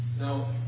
Now